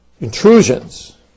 intrusions